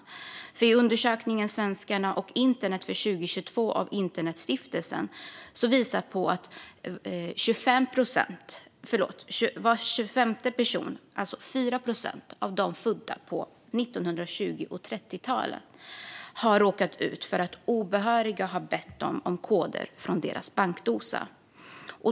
Internetstiftelsens undersökning Svenskarna och internet 2022 visar på att var 25:e person, alltså 4 procent, av dem som är födda på 1920 och 1930-talet har råkat ut för att obehöriga har bett dem om koder från deras bankdosa.